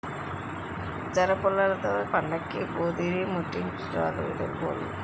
జనపుల్లలతో పండక్కి భోధీరిముట్టించుతారు తెలుగోళ్లు